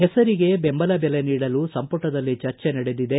ಹೆಸರಿಗೆ ಬೆಂಬಲ ನೀಡಲು ಸಂಪುಟದಲ್ಲಿ ಚರ್ಚೆ ನಡೆದಿದೆ